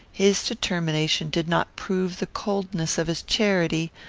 his determination did not prove the coldness of his charity,